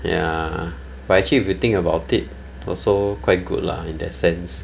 ya but actually if you think about it also quite good lah in that sense